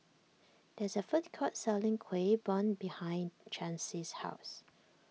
there is a food court selling Kueh Bom behind Chancey's house